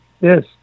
Yes